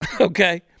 Okay